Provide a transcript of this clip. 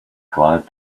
glad